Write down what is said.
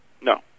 No